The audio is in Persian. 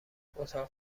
اتاق